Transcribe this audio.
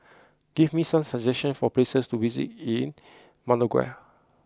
give me some suggestions for places to visit in Managua